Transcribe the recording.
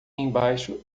embaixo